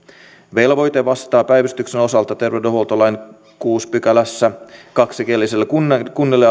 velvoite vastaa päivystyksen osalta terveydenhuoltolain kuudennessa pykälässä kaksikielisille kunnille